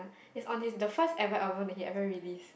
it's on his the first ever album that he ever released